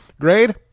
Grade